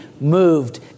moved